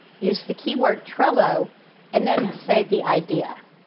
use the keyword trello and then say the idea.